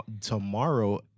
tomorrow